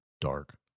Dark